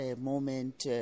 moment